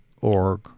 org